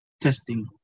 testing